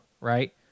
right